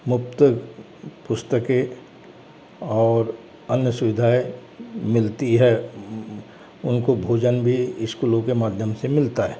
मुफ्त पुस्तकें और अन्य सुविधाएँ मिलती हैं उनको भोजन भी स्कूलों के माध्यम से मिलता है